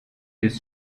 his